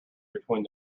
between